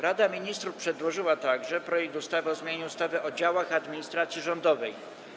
Rada Ministrów przedłożyła także projekt ustawy o zmianie ustawy o działach administracji rządowej.